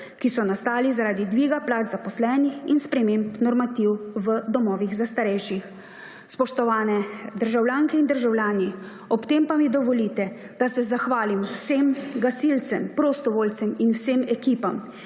ki so nastali zaradi dviga plač zaposlenih in sprememb normativ v domovih za starejše. Spoštovane državljanke in državljani, ob tem pa mi dovolite, da se zahvalim vsem gasilcem, prostovoljcem in vsem ekipam,